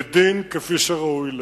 לדין, כפי שראוי להם.